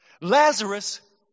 Lazarus